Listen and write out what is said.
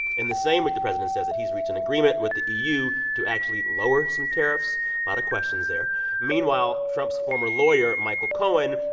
in the same week, the president says that he's reached an agreement with the eu to actually lower some tariffs lot of questions there meanwhile, trump's former lawyer, michael cohen,